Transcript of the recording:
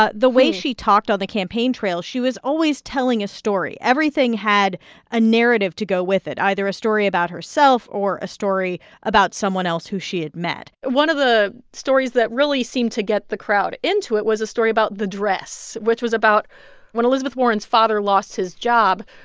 the way she talked on the campaign trail, she was always telling a story. everything had a narrative to go with it, either a story about herself or a story about someone else who she had met one of the stories that really seemed to get the crowd into it was a story about the dress, which was about when elizabeth warren's father lost his job,